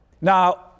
Now